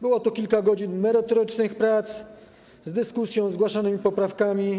Było to kilka godzin merytorycznych prac, z dyskusją, ze zgłaszanymi poprawkami.